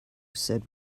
said